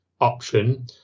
option